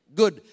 good